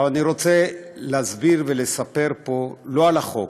אני רוצה להסביר ולספר פה לא על החוק,